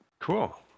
Cool